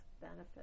benefit